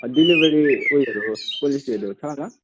delivery उयोहरू पोलिसीहरू छ होला